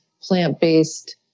plant-based